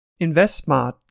InvestSmart